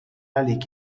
għalik